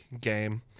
game